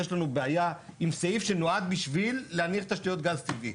יש לנו בעיה עם סעיף שנועד בשביל להניח תשתיות גז טבעי.